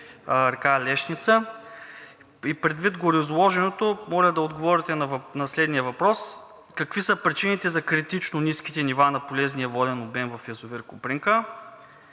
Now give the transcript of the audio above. река Лешница. Предвид гореизложеното, моля да отговорите на следните въпроси: какви са причините за критично ниските нива на полезния воден обем в язовир „Копринка“?